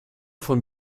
von